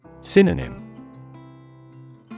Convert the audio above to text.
Synonym